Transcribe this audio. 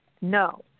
No